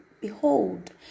behold